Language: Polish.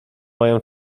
mają